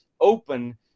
open